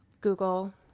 Google